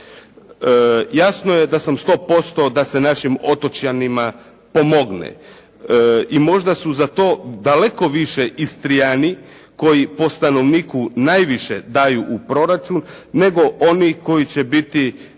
Jasno je da sam 100% da se našim otočanima pomogne. I možda su za to daleko više Istrijani koji po stanovniku najviše daju u proračun, nego oni koji će biti